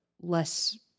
less